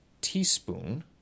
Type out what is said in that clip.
teaspoon